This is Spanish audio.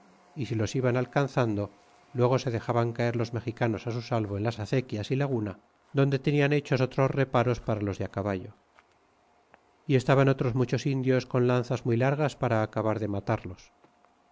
y si los iban alcanzando luego se dexaban caer los mexicanos su salvo en las acequias y laguna donde tenían hechos otros reparos para los de caballo y estaban otros muchos indios con lanzas muy largas para acabar de matarlos